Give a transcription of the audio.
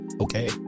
Okay